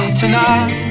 tonight